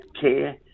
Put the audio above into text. care